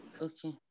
Okay